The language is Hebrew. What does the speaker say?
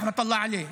רחמת אללה עליה.